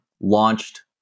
launched